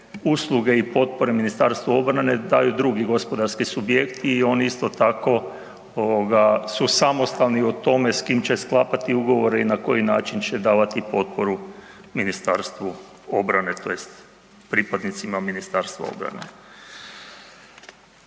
usluge i potpore Ministarstvu obrane daju drugi gospodarski subjekti i oni isto tako su samostalni u tome s kim će sklapati ugovore i na koji način će davati potporu Ministarstvu obrane tj. pripadnicima Ministarstva obrane.